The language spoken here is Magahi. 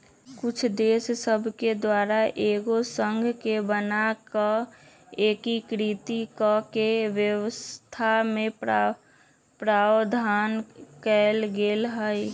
कुछ देश सभके द्वारा एगो संघ के बना कऽ एकीकृत कऽकेँ व्यवस्था के प्रावधान कएल गेल हइ